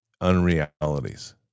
unrealities